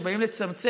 חוקים שבאים לצמצם,